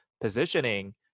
positioning